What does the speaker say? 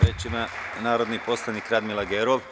Reč ima narodna poslanica Radmila Gerov.